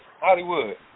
Hollywood